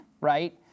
right